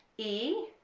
e,